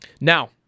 Now